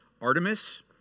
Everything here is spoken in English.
Artemis